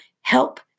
help